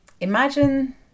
Imagine